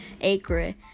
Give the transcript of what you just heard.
acre